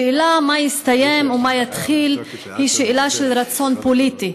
השאלה מה הסתיים ומה יתחיל היא שאלה של רצון פוליטי.